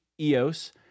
EOS